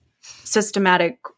systematic